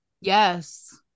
yes